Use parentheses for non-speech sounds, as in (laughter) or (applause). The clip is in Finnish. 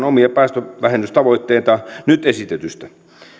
(unintelligible) omia päästövähennystavoitteitaan nyt esitetystä